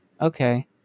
okay